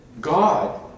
God